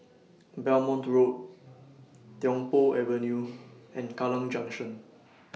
Belmont Road Tiong Poh Avenue and Kallang Junction